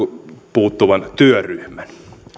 puuttuvan työryhmän